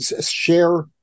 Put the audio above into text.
share